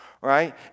right